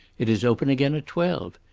it is open again at twelve.